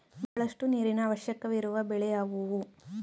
ಬಹಳಷ್ಟು ನೀರಿನ ಅವಶ್ಯಕವಿರುವ ಬೆಳೆ ಯಾವುವು?